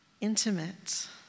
intimate